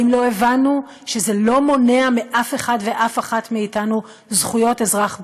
האם לא הבנו שזה לא מונע מאף אחד ואף אחת מאתנו זכויות אזרח בסיסיות?